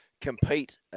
compete